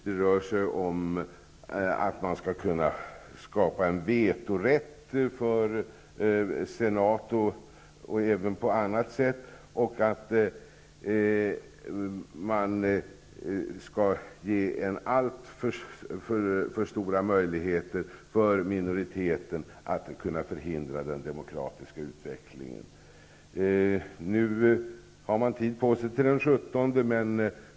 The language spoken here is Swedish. Det handlar om att man skall kunna skapa en vetorätt för senaten och även på annat sätt. Minoriteten skall ges alltför stora möjligheter att förhindra den demokratiska utvecklingen. Nu har man tid på sig fram till den 17.